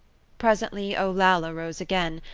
presently olalla rose again,